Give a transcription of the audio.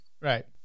Right